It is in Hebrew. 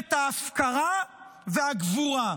מלחמת ההפקרה והגבורה,